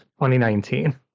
2019